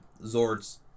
Zords